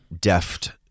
deft